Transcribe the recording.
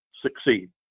succeed